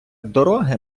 дороги